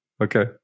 Okay